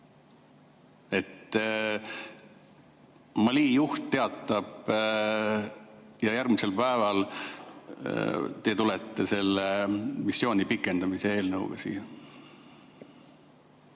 Mali juht teatab ja järgmisel päeval te tulete siia missiooni pikendamise eelnõuga.